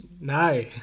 No